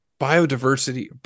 biodiversity